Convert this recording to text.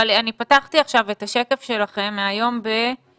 אבל אני פתחתי עכשיו את השקף שלכם מהיום בשעה